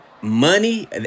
money